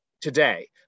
Today